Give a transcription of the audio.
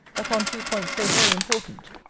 upon two points so very important.